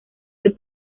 del